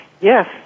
Yes